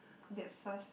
that first